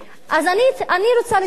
אז אני רוצה לשאול,